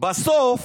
בסוף